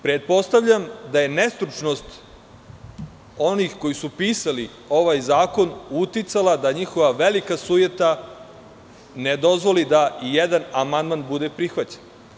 Pretpostavljam da je nestručnost onih koji su pisali ovaj zakon uticala da njihova velika sujeta ne dozvoli da i jedan amandman bude prihvaćen.